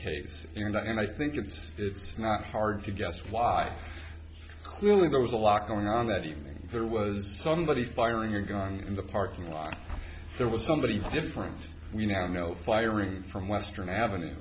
case and i think it's it's not hard to guess why clearly there was a lot going on that evening there was somebody firing a gun in the parking lot there was somebody different we now know firing from western avenue